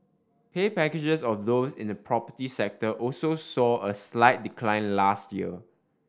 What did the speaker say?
pay packages of those in the property sector also saw a slight decline last year